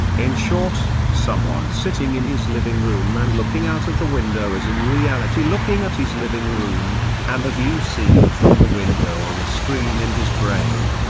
in short, someone sitting in his living room and looking out of the window is in reality looking at his living room, and the view seen from the window on a screen in his brain.